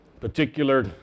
particular